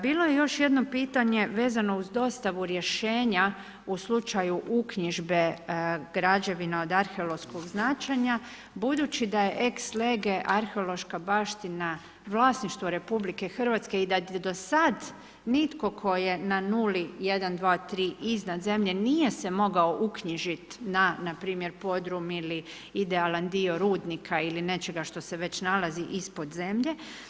Bilo je još jedno pitanje vezano uz dostavu rješenja u slučaju uknjižbe građevina od arheološkog značenja, budući da je ex-lege arheološka baština vlasništvo RH i da je do sad nitko tko je na nuli, jedan, dva, tri iznad zemlje nije se mogao uknjižit na npr. podrum ili idealan dio rudnika ili nečega što se već nalazi ispod zemlje.